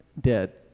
dead